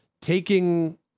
taking